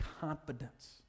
confidence